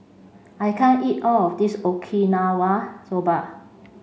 I can't eat all of this Okinawa Soba